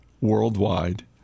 worldwide